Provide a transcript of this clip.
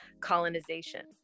colonization